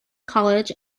college